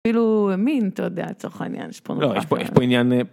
אפילו מין אתה יודע, לצורך לעניין יש פה. לא, יש פ... יש פה עניין.